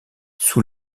sous